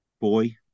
boy